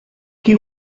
qui